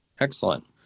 Excellent